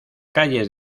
calles